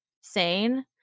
sane